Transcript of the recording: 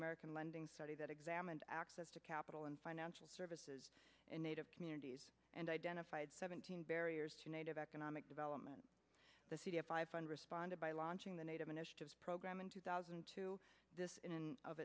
american lending study that examined access to capital and financial services and native communities and identified seventeen barriers to native economic development the c f i fund responded by launching the native initiatives program in two thousand and two this in